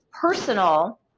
Personal